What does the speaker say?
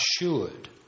assured